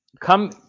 come